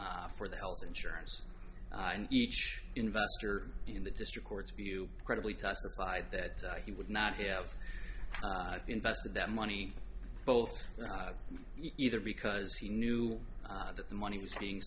for the health insurance and each investor in the district court's view credibly testified that he would not have invested that money both either because he knew that the money was being